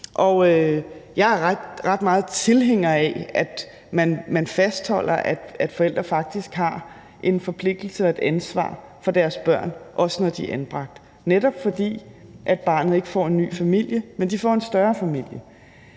jeg er ret meget tilhænger af, at man fastholder, at forældrene faktisk har en forpligtelse og et ansvar for deres børn, også når de er anbragt, netop fordi barnet ikke får en ny familie, men det får en større familie.